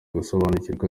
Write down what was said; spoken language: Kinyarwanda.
gusobanukirwa